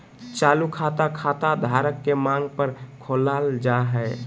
चालू खाता, खाता धारक के मांग पर खोलल जा हय